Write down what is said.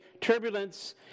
turbulence